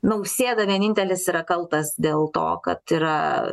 nausėda vienintelis yra kaltas dėl to kad yra